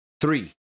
Three